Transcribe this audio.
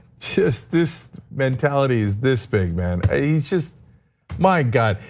just this mentality is this big man, ain't just my god.